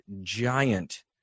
giant